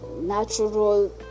natural